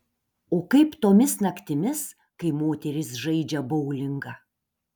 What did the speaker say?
o kaip tomis naktimis kai moterys žaidžia boulingą